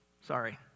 Sorry